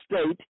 state